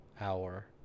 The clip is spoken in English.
hour